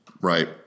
Right